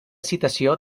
citació